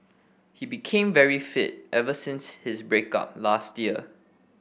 he became very fit ever since his break up last year